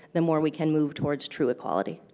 the more we can move towards true equality.